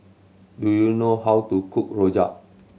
do you know how to cook rojak